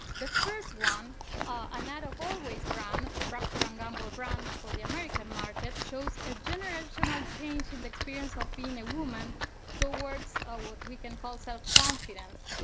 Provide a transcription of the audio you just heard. the first one an ad of always brand, a procter and gamble brand for the american market shows a generational change in the experience of being a woman towards what we can call self-confidence.